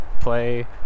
play